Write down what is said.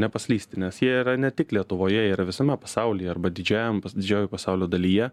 nepaslysti nes jie yra ne tik lietuvoje jie yra visame pasaulyje arba didžiajam didžiojoj pasaulio dalyje